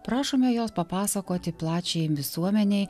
prašome jos papasakoti plačiajai visuomenei